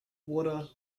water